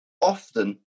often